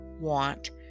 want